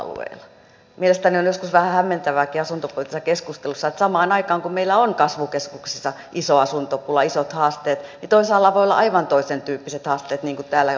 mielestäni on joskus vähän hämmentävääkin asuntopoliittisessa keskustelussa että samaan aikaan kun meillä on kasvukeskuksissa iso asuntopula isot haasteet toisaalla voi olla aivan toisentyyppiset haasteet niin kuin täällä on jo viitattu